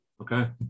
Okay